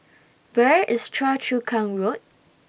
Where IS Choa Chu Kang Road